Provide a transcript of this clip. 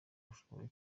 ushoboye